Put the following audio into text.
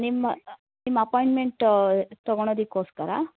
ನಿಮ್ಮ ನಿಮ್ಮ ಅಪಾಯಿಂಟ್ಮೆಂಟ್ ತಗೊಳೋದಿಕೋಸ್ಕರ